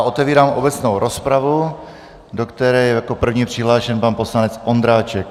Otevírám obecnou rozpravu, do které je jako první přihlášen pan poslanec Ondráček.